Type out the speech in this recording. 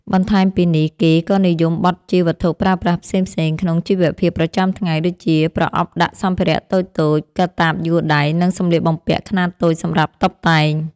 បន្ថែមពីនេះ គេក៏និយមបត់ជាវត្ថុប្រើប្រាស់ផ្សេងៗក្នុងជីវភាពប្រចាំថ្ងៃ ដូចជាប្រអប់ដាក់សម្ភារៈតូចៗ កាតាបយួរដៃ និងសម្លៀកបំពាក់ខ្នាតតូចសម្រាប់តុបតែង។